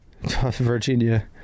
Virginia